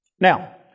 Now